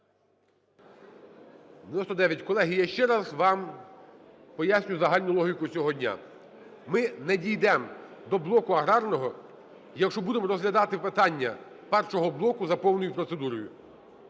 Колеги, я ще раз вам поясню загальну логіку цього дня. Ми не дійдемо до блоку аграрного, якщо будемо розглядати питання першого блоку за повною процедурою.